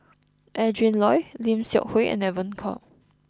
Adrin Loi Lim Seok Hui and Evon Kow